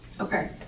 Okay